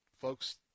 folks